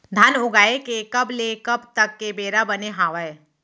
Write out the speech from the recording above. धान उगाए के कब ले कब तक के बेरा बने हावय?